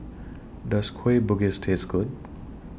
Does Kueh Bugis Taste Good